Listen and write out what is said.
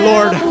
Lord